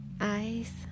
eyes